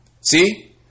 See